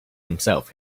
himself